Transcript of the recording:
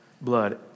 Blood